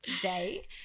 today